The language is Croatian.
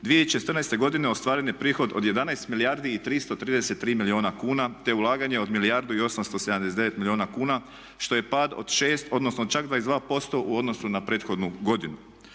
2014.godine ostvaren je prihod od 11 milijardi i 333 milijuna kuna te ulaganje od 1 milijardu i 879 milijuna kuna što je pad od 6 odnosno 22% u odnosu na prethodnu godinu.